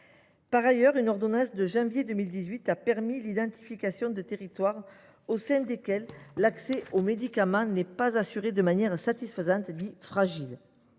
Par ailleurs, une ordonnance de janvier 2018 a permis l’identification de territoires dits fragiles, où l’accès aux médicaments n’est pas assuré de manière satisfaisante. Les